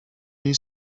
jej